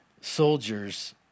soldiers